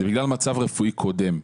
זה בגלל מצב רפואי קודם.